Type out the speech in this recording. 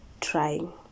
trying